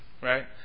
right